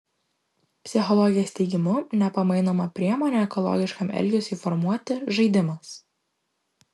psichologės teigimu nepamainoma priemonė ekologiškam elgesiui formuoti žaidimas